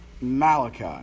Malachi